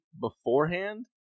beforehand